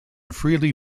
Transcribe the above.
freely